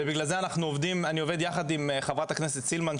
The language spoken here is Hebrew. ובגלל זה אני עובד יחד עם חברת הכנסת סילמן,